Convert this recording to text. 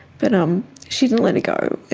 but um she didn't let it go